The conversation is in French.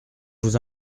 vous